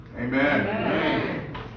Amen